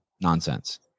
Nonsense